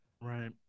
right